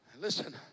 Listen